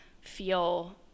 feel